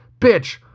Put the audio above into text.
bitch